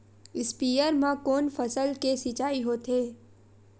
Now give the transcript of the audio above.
स्पीयर म कोन फसल के सिंचाई होथे?